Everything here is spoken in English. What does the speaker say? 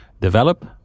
develop